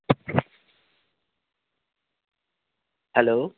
hello